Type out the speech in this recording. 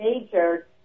major